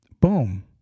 Boom